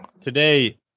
Today